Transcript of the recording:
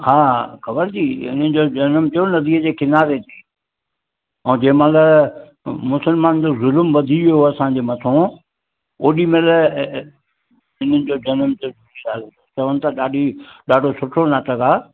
हा ख़बरु अथई हिननि जो जनम थियो नदीअ जे किनारे ऐं जंहिं महिल मुसलमान जो जुलुमु वधी वियो असांजे मथऊं ओॾी महिल हिननि जो जनम थियो झूलेलाल जो चवनि था ॾाढी ॾाढो सुठो नाटकु आहे